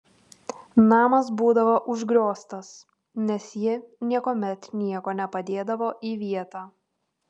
namas būdavo užgrioztas nes ji niekuomet nieko nepadėdavo į vietą